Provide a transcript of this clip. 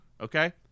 Okay